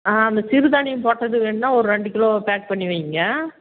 ஆ அந்த சிறுதானியம் போட்டது வேண்ணால் ஒரு ரெண்டு கிலோ பேக் பண்ணி வைங்க